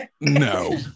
No